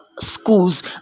schools